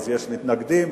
יש מתנגדים,